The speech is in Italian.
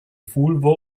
fulvo